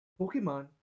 Pokemon